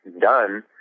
done